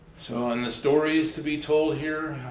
so and the stories to be told here,